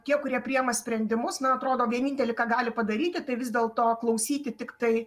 tie kurie priima sprendimus na atrodo vienintelį ką gali padaryti tai vis dėl to klausyti tiktai